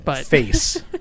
face